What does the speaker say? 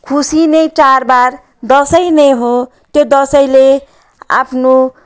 खुसी नै चाडबाड दसैँ नै हो त्यो दसैँले आफ्नो